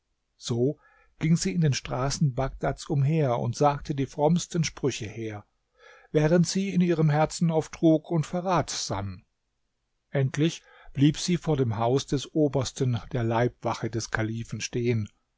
so ging sie in den straßen bagdads umher und sagte die frommsten sprüche her während sie in ihrem herzen auf trug und verrat sann endlich blieb sie vor dem haus des obersten der leibwache des kalifen stehen